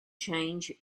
change